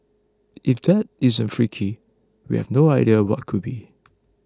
if that isn't freaky we have no idea what could be